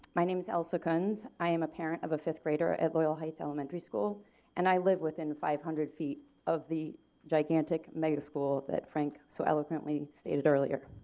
my name is ellsa kunz. i am a parent of a fifth grader at loyal heights elementary school and i live within the five hundred feet of the gigantic mega school that frank so eloquently stated earlier.